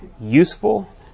useful